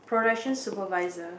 production supervisor